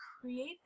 create